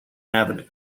avenue